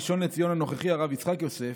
הראשון לציון הנוכחי הרב יצחק יוסף,